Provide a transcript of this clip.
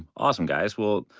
awesome, guys. well,